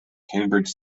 cambridge